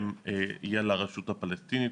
היא על הרשות הפלסטינית,